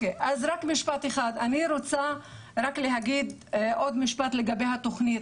אני רוצה רק להגיד עוד משפט לגבי התוכנית.